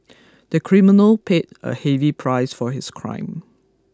the criminal paid a heavy price for his crime